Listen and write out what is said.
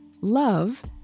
love